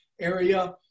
area